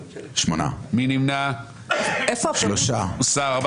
(הישיבה נפסקה בשעה 05:59 ונתחדשה בשעה 06:04.)